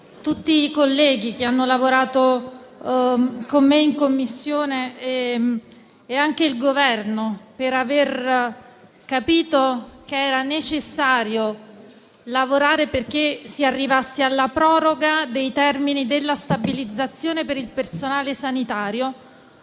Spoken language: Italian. tutti i colleghi che hanno lavorato con me in Commissione ed il Governo per aver capito che era necessario impegnarsi affinché si arrivasse alla proroga dei termini della stabilizzazione per il personale sanitario